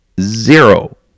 zero